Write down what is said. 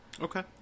Okay